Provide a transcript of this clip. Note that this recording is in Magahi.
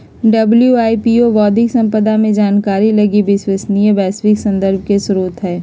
डब्ल्यू.आई.पी.ओ बौद्धिक संपदा के जानकारी लगी विश्वसनीय वैश्विक संदर्भ के स्रोत हइ